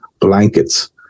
blankets